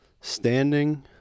standing